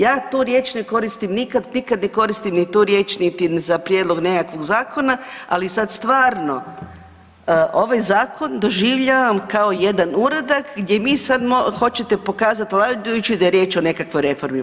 Ja tu riječ ne koristim nikad, nikad ne koristim ni tu riječ niti za prijedlog nekakvog zakona, ali sad stvarno doživljavam kao jedan uradak gdje mi sad, hoćete pokazati vladajući da je riječ o nekakvoj reformi.